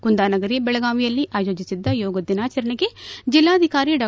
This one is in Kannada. ಕುಂದಾನಗರಿ ಬೆಳಗಾವಿಯಲ್ಲಿ ಆಯೋಜಿಸಿದ್ದ ಯೋಗ ದಿನಾಚರಣೆಗೆ ಜಿಲ್ಲಾಧಿಕಾರಿ ಡಾ